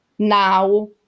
now